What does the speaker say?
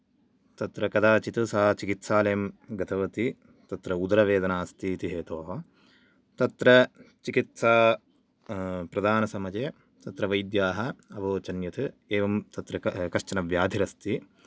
तत्र कदाचित् सा चिकित्सालयं गतवती तत्र उदरवेदना अस्ति इति हेतोः तत्र चिकित्सा प्रदानसमये तत्र वैद्याः अवोचन् यत् एवं तत्र कश्चन व्याधिरस्ति